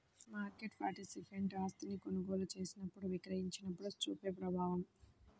market participant ఆస్తిని కొనుగోలు చేసినప్పుడు, విక్రయించినప్పుడు చూపే ప్రభావం